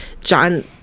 John –